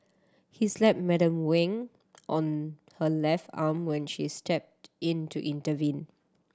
he slapped Madam Wang on her left arm when she stepped in to intervene